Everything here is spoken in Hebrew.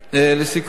לסיכום,